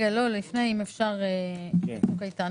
לפני, אם אפשר לגבי צוק איתן.